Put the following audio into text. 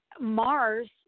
Mars